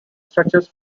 stretches